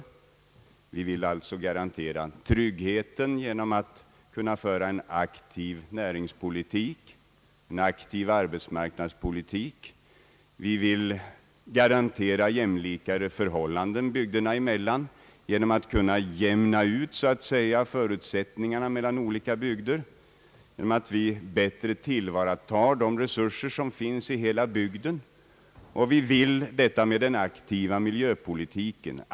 Vi vill alltså garantera tryggheten för att kunna föra en aktiv näringspolitik, en aktiv arbetsmarknadspolitik. Vi vill garantera rättvisare förhållanden bygderna emellan genom att jämna ut förutsättningarna mellan olika bygder och genom att bättre tillvarata de resurser som finns i hela bygden. Vi vill åstadkomma en aktiv miljöpolitik.